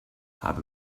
habe